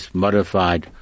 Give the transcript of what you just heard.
modified